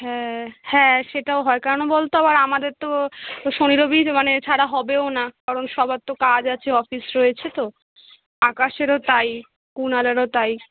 হ্যাঁ হ্যাঁ সেটাও হয় কেন বল তো আবার আমাদের তো শনি রবি মানে ছাড়া হবেও না কারণ সবার তো কাজ আছে অফিস রয়েছে তো আকাশেরও তাই কুণালেরও তাই